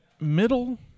middle